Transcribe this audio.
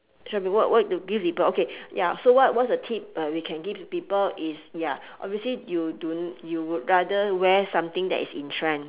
shopping what what to give people okay ya so what what's the tip uh we can give people is ya obviously you do you would rather wear something that is in trend